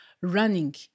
running